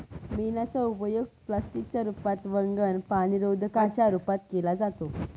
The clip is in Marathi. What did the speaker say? मेणाचा उपयोग प्लास्टिक च्या रूपात, वंगण, पाणीरोधका च्या रूपात केला जातो